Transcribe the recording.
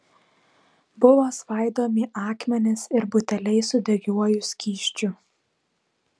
buvo svaidomi akmenys ir buteliai su degiuoju skysčiu